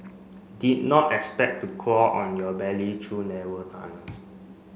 did not expect to crawl on your belly through narrow tunnels